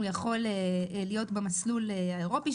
הוא יכול להיות במסלול האירופי,